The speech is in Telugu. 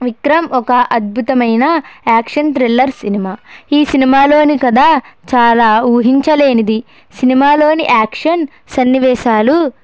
విక్రమ్ ఒక అద్భుతమయిన యాక్షన్ థ్రిల్లర్ సినిమా ఈ సినిమాలోని కథ చాలా ఊహించలేనిది సినిమాలోని యాక్షన్ సన్నివేశాలు